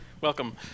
Welcome